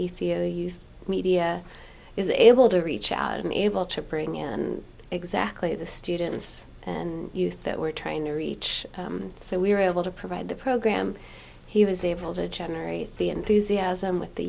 ethiopia youth media is able to reach out and able to bring in and exactly the students and youth that we're trying to reach so we were able to provide the program he was able to generate the